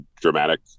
dramatic